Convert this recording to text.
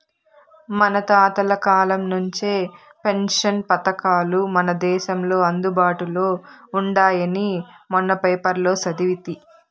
మన తాతల కాలం నుంచే పెన్షన్ పథకాలు మన దేశంలో అందుబాటులో ఉండాయని మొన్న పేపర్లో సదివితి